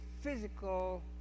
physical